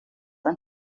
ein